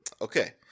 Okay